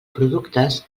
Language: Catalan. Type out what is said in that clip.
productes